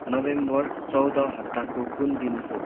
November चौध हप्ताको कुन दिन हो